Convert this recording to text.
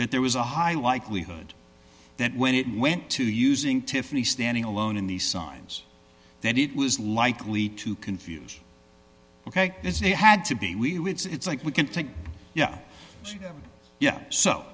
that there was a high likelihood that when it went to using tiffany standing alone in the signs that it was likely to confuse ok if they had to be we would say it's like we can take yeah yeah so